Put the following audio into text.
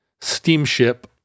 steamship